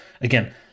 again